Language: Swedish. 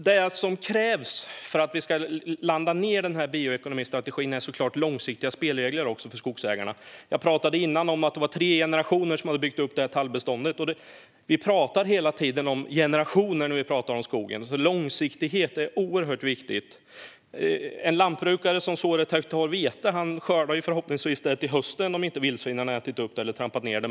Det som krävs för att vi ska kunna nå resultat med en bioekonomistrategi är såklart långsiktiga spelregler för skogsägarna. Jag sa tidigare att det var tre generationer som hade byggt upp ett tallbestånd. När vi talar om skogen talar vi hela tiden om generationer. Långsiktighet är oerhört viktigt. En lantbrukare som sår ett hektar vete skördar det förhoppningsvis till hösten om inte vildsvinen äter upp det eller trampar ned det.